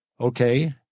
Okay